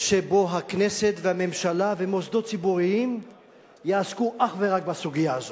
שבו הכנסת והממשלה ומוסדות ציבוריים יעסקו אך ורק בסוגיה הזאת.